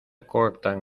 cortan